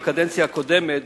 בקדנציה הקודמת,